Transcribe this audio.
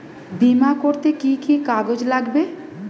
বিমা করতে কি কি কাগজ লাগবে?